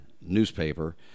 newspaper